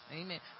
Amen